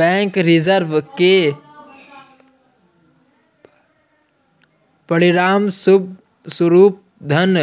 bank reserve के परिणामस्वरूप धन